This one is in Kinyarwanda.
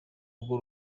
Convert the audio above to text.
urwo